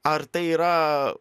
ar tai yra